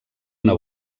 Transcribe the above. una